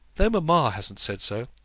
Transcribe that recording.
though mamma hasn't said so,